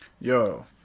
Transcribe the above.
Yo